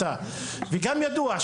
וגם ידוע,